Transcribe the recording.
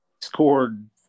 scored